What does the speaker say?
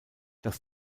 das